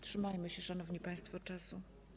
Trzymajmy się, szanowni państwo, czasu.